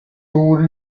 over